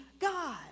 God